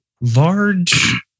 large